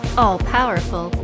all-powerful